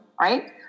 right